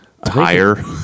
Tire